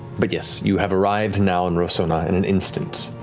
but yes, you have arrived and now in rosohna in an instant,